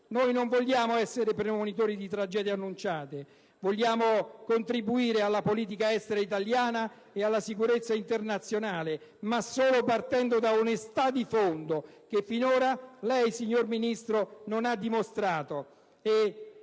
Noi non vogliamo essere premonitori di tragedie annunciate, vogliamo contribuire alla politica estera italiana e alla sicurezza internazionale, ma solo partendo da una onestà di fondo, che finora il Ministro della difesa non ha dimostrato,